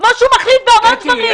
כפי שהוא מחליט בהמון דברים.